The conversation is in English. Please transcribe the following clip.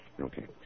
Okay